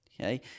okay